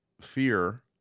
fear